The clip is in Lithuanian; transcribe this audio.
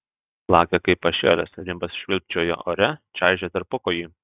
plakė kaip pašėlęs rimbas švilpčiojo ore čaižė tarpukojį